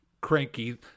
cranky